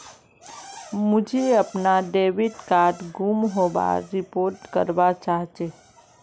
मुई अपना debit card गूम होबार रिपोर्ट करवा चहची